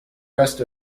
rest